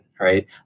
right